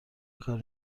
کاری